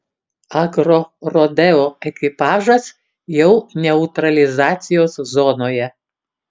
agrorodeo ekipažas jau neutralizacijos zonoje